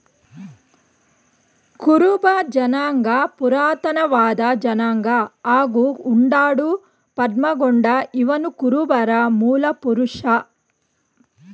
ಕುರುಬ ಜನಾಂಗ ಪುರಾತನವಾದ ಜನಾಂಗ ಹಾಗೂ ಉಂಡಾಡು ಪದ್ಮಗೊಂಡ ಇವನುಕುರುಬರ ಮೂಲಪುರುಷ